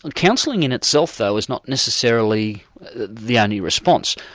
and counselling in itself though is not necessarily the only response,